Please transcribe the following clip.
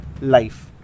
life